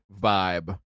vibe